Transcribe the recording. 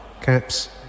Caps